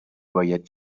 باید